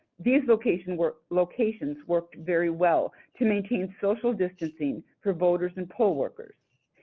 these locations worked locations worked very well to maintain social distancing for voters and poll workers.